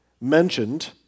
mentioned